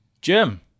Jim